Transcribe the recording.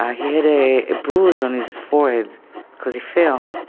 ah he had a bruise on his forehead because he fell.